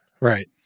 Right